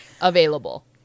available